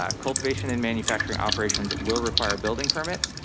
ah cultivation and manufacturing operations will require building permits.